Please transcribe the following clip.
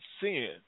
sin